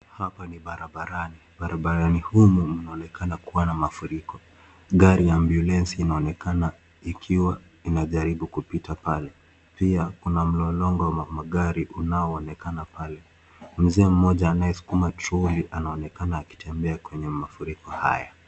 Hapa ni barabarani. Barabarani humu mnaonekana kuwa na mafuriko. Gari ya ambulansi inaonekana ikiwa inajaribu kupita pale. Pia kuna mlolongo wa magari unaonekana pale. Mzee mmoja anayesukuma toroli anaonekana akitembea kwenye mafuriko hayo.